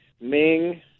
Ming